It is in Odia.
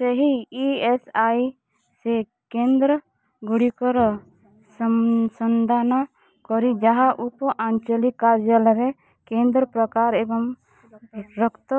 ସେହି ଇ ଏସ୍ ଆଇ ସି କେନ୍ଦ୍ରଗୁଡ଼ିକର ସନ୍ଧାନ କର ଯାହା ଉପ ଆଞ୍ଚଲିକ୍ କାର୍ଯ୍ୟାଳୟରେ କେନ୍ଦ୍ର ପ୍ରକାର ଏବଂ ରକ୍ତ